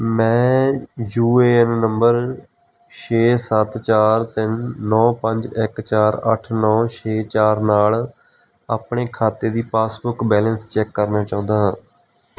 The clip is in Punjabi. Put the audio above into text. ਮੈਂ ਯੂ ਏ ਐਨ ਨੰਬਰ ਛੇ ਸੱਤ ਚਾਰ ਤਿੰਨ ਨੌਂ ਪੰਜ ਇੱਕ ਚਾਰ ਅੱਠ ਨੌਂ ਛੇ ਚਾਰ ਨਾਲ ਆਪਣੇ ਖਾਤੇ ਦੀ ਪਾਸਬੁੱਕ ਬੈਲੇਂਸ ਚੈੱਕ ਕਰਨਾ ਚਾਹੁੰਦਾ ਹਾਂ